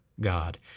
God